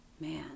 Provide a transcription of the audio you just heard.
Man